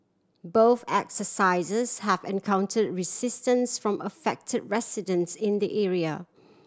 both exercises have encounter resistance from affect residents in the area